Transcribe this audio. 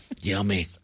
Yummy